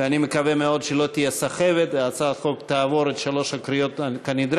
ואני מקווה מאוד שלא תהיה סחבת והצעת החוק תעבור את שלוש הקריאות כנדרש.